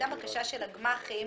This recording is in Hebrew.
הייתה בקשה שלש הגמ"חים